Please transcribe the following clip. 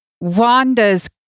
Wanda's